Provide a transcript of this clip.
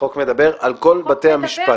החוק מדבר על כל בתי המשפט.